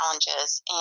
challenges